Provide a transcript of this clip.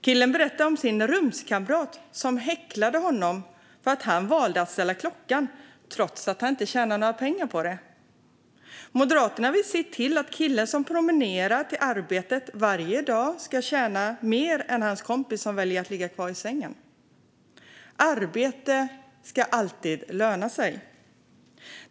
Killen berättade om sin rumskamrat som häcklade honom för att han valde att ställa klockan trots att han inte tjänade några pengar på det. Moderaterna vill se till att killen som varje dag promenerar till arbetet ska tjäna mer än hans kompis som väljer att ligga kvar i sängen. Arbete ska alltid löna sig.